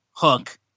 hook